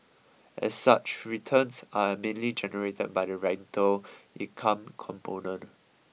as such returns are mainly generated by the rental income component